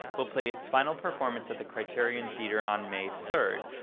will play its final performance at the criterion theater on may third.